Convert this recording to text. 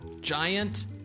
Giant